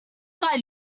find